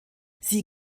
sie